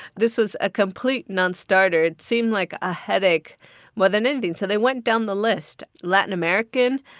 this was a complete nonstarter. it seemed like a headache more than anything so they went down the list latin american.